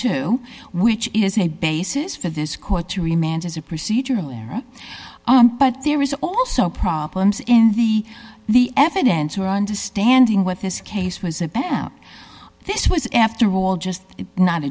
dollar which is a basis for this court to remains as a procedural error but there is also problems in the the evidence to understanding what this case was about this was after all just not